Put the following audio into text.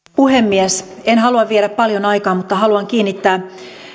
puhemies en halua viedä paljon aikaa mutta haluan kiinnittää